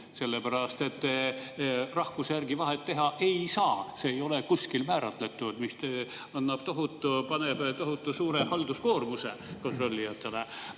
sellepärast et rahvuse järgi vahet teha ei saa. See ei ole kuskil määratletud. Ja see paneks tohutu suure halduskoormuse kontrollijatele. Aga